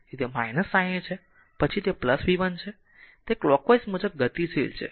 તેથી તે 60 છે પછી તે v 1 છે તે કલોકવાઈઝ મુજબ ગતિશીલ છે